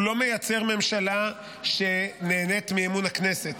הוא לא מייצר ממשלה שנהנית מאמון הכנסת,